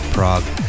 Prague